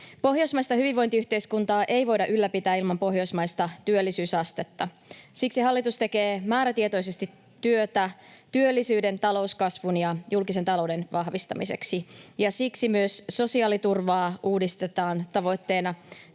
Pohjoismaista hyvinvointiyhteiskuntaa ei voida ylläpitää ilman pohjoismaista työllisyysastetta. Siksi hallitus tekee määrätietoisesti työtä työllisyyden, talouskasvun ja julkisen talouden vahvistamiseksi. Ja siksi myös sosiaaliturvaa uudistetaan tavoitteena